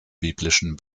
biblischen